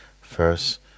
first